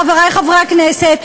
חברי חברי הכנסת,